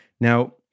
Now